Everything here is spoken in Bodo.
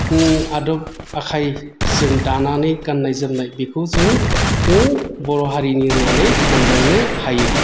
आदब आखायजों दानानै गाननाय जोमनाय बेखौ जों बर' हारिनि होननानै मोनदांनो हायो